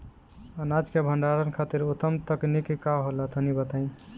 अनाज के भंडारण खातिर उत्तम तकनीक का होला तनी बताई?